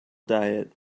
diet